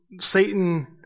Satan